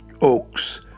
oaks